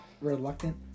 Reluctant